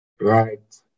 Right